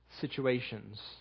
situations